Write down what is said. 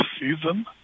season